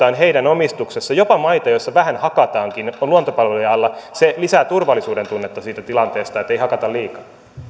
on heidän omistuksessaan jopa maita joissa vähän hakataankin on luontopalveluiden alla se lisää turvallisuudentunnetta siitä tilanteesta että ei hakata liikaa